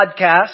podcast